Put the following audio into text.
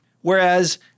Whereas